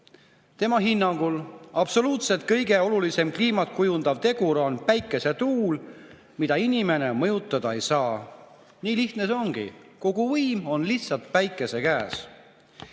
Tema hinnangul on kõige olulisem kliimat kujundav tegur päikesetuul, mida inimene mõjutada ei saa. Nii lihtne see ongi, kogu võim on lihtsalt Päikese käes.